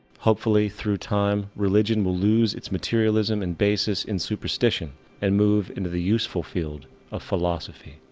hopefully, through time, religion will loose it's materialism and basis in superstition and move into the useful field of philosophy.